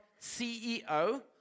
CEO